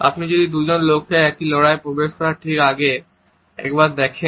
আপনি যদি দুজন লোককে একটি লড়াইয়ে প্রবেশ করার ঠিক আগে একবার দেখেন